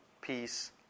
peace